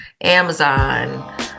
Amazon